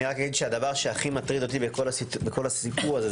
אני רק אגיד שהדבר שהכי מטריד אותי בכל הסיפור הזה,